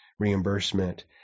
reimbursement